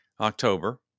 October